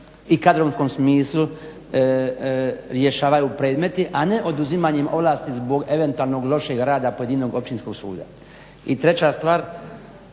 i kadrovskom smislu rješavaju predmeti a ne oduzimanjem ovlasti zbog eventualno lošeg rada pojedinog općinskog suda. I treća stvar